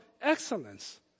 excellence